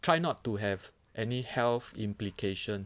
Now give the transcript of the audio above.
try not to have any health implications